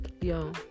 yo